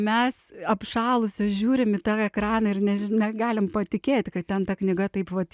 mes apšalusios žiūrim į tą ekraną ir než negalim patikėt kad ten ta knyga taip vat